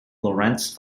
lorentz